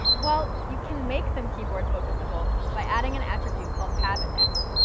well, you can make them keyboard focusable by adding an attribute called tabindex.